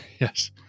Yes